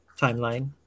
timeline